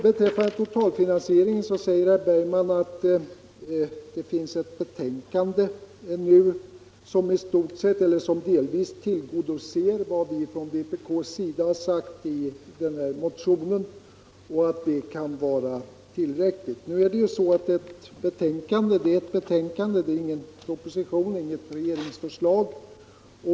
Beträffande totalfinansieringen säger herr Bergman att det finns ett utredningsbetänkande som delvis tillgodoser vad vi från vpk har sagt i vår motion och att det kan vara tillräckligt. Det är emellertid bara ett betänkande —- inget regeringsförslag.